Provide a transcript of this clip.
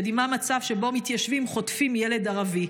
שדימה מצב שבו מתיישבים חוטפים ילד ערבי.